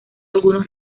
algunos